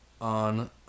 on